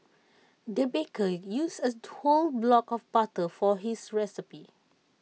the baker used A whole block of butter for this recipe